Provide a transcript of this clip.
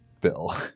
Bill